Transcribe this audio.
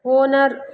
owner